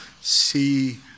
see